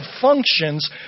functions